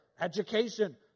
education